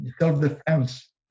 self-defense